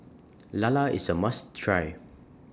Lala IS A must Try